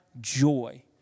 joy